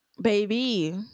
baby